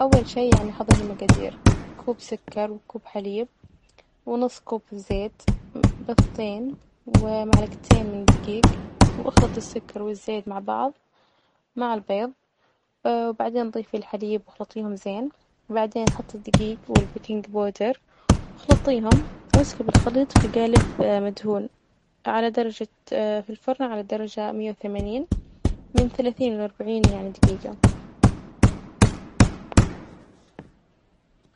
أول شي يعني أحظر المجادير، كوب سكر وكوب حليب ونص كوب زيت، بيضتين ومعلجتين من الدجيج، وإخلطي السكر والزيت مع بعض مع البيض وبعدين ضيفي الحليب وإخلطيهم زين، وبعدين حطي الدجيج والبيكنج بودر وإخلطيهم، وإسكبي الخليط في جالب مدهون على درجة في الفرن على درجة مية وثمانين من ثلاثين لأربعين يعني دجيجة.